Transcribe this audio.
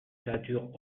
créatures